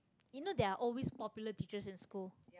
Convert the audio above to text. you know there are always popular teachers in school